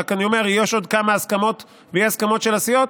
אני רק אומר שיש עוד כמה הסכמות ואי-הסכמות של הסיעות,